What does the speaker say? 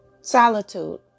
Solitude